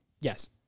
Yes